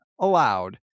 allowed